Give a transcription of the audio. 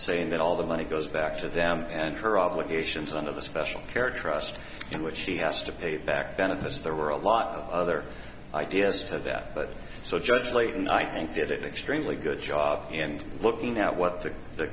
saying that all the money go back to them and her obligations under the special characteristic in which she has to pay back benefits there were a lot of other ideas to that but so judge late and i think that it extremely good job and looking at what the